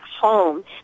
home